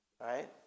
right